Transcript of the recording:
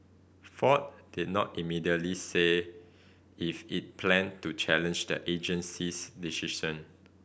Ford did not immediately say if it planned to challenge the agency's decision